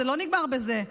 זה לא נגמר בזה.